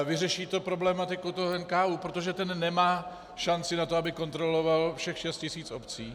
Vyřeší to tu problematiku NKÚ, protože ten nemá šanci na to, aby kontrolovat všech 6 tisíc obcí.